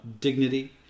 dignity